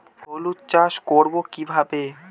হলুদ চাষ করব কিভাবে?